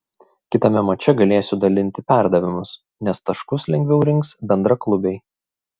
kitame mače galėsiu dalinti perdavimus nes taškus lengviau rinks bendraklubiai